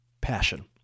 passion